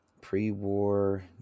pre-war